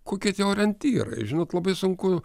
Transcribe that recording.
kokie tie orientyrai žinot labai sunku